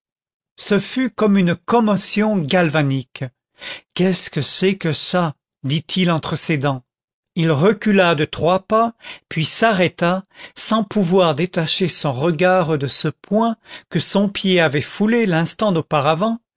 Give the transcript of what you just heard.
ce fut comme une commotion galvanique qu'est-ce que c'est que ça dit-il entre ses dents il recula de trois pas puis s'arrêta sans pouvoir détacher son regard de ce point que son pied avait foulé l'instant d'auparavant